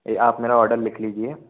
आप मेरा आर्डर लिख लीजिए